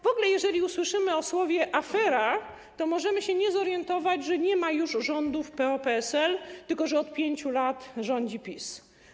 W ogóle jeżeli usłyszymy o słowie: afera, to możemy się nie zorientować, że nie ma już rządów PO-PSL, tylko że od 5 lat rządzi PiS.